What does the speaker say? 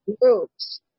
groups